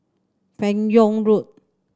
Fan Yoong Road